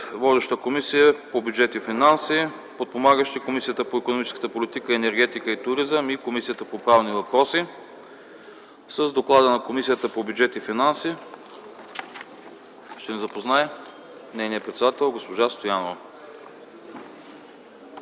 Водеща е Комисията по бюджет и финанси, подпомагащи – Комисията по икономическата политика, енергетика и туризъм и Комисията по правни въпроси. С доклада на Комисията по бюджет и финанси ще ни запознае нейният председател – госпожа Стоянова.